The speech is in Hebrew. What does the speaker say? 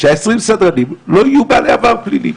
שה-20 סדרנים לא יהיו בעלי עבר פלילי.